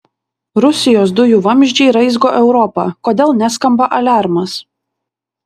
rusijos dujų vamzdžiai raizgo europą kodėl neskamba aliarmas